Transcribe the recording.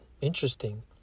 interesting